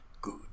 good